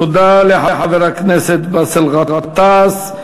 תודה לחבר הכנסת באסל גטאס.